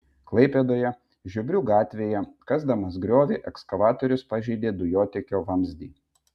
klaipėdoje žiobrių gatvėje kasdamas griovį ekskavatorius pažeidė dujotiekio vamzdį